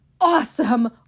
awesome